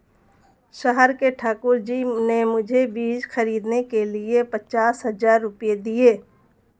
शहर के ठाकुर जी ने मुझे बीज खरीदने के लिए पचास हज़ार रूपये दिए